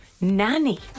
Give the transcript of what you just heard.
nanny